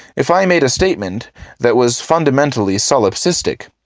if i made a statement that was fundamentally solipsistic,